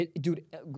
Dude